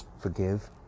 Forgive